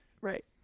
Right